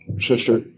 Sister